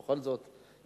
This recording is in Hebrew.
בכל זאת,